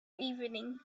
evening